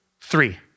three